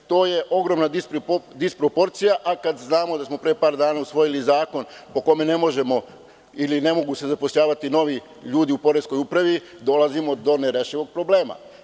To je ogromna disproporcija, a kada znamo da smo pre par dana usvojili zakon po kome ne možemo, ne mogu se zapošljavati novi ljudi u poreskoj upravi, dolazimo do nerešivog problema.